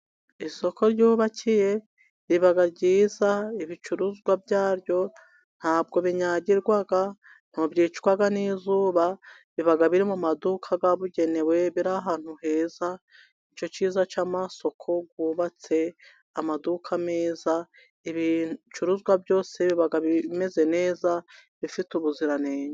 Isoko ryubakiye riba ryiza, ibicuruzwa byaryo ntibinyagirwaga, ntibyicwa n'izuba biba biri mu maduka yabugenewea ahantu heza. Nicyo cyiza cy'amasoko hubatse amaduka meza, ibicuruzwa byose biba bimeze neza bifite ubuziranenge.